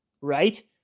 right